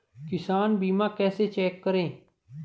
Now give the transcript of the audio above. किसान बीमा कैसे चेक करें?